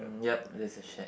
yup there's a shed